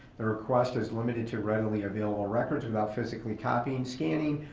the request is limited to readily available records without physically copying, scanning,